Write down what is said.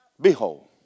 behold